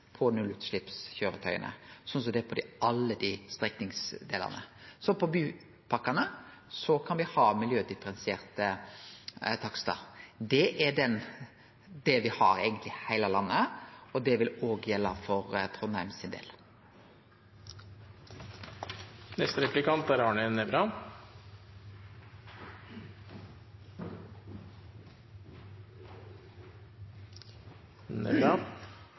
på nullutsleppskøyretøya, sånn som det er på alle strekningsdelane. På bypakkane kan me ha miljødifferensierte takstar. Det er det me eigentleg har i heile landet, og det vil òg gjelde for Trondheim sin del.